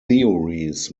theories